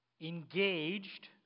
engaged